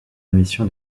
émission